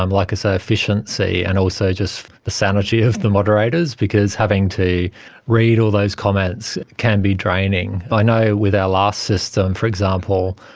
um like i say, efficiency, and also just the sanity of the moderators because having to read all those comments can be draining. i know with our last system, for example,